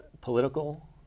political